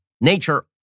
nature